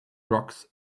rocks